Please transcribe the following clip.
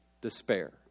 despair